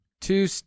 two